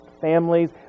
families